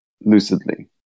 lucidly